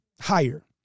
higher